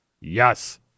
Yes